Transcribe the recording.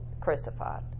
crucified